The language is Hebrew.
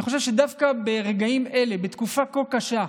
אני חושב שדווקא ברגעים אלה, בתקופה כה קשה,